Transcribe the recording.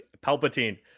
palpatine